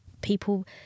people